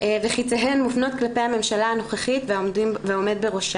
וחיציהן מופנות כלפי הממשלה הנוכחית והעומד בראשה.